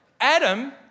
Adam